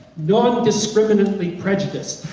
non-indiscriminately prejudiced.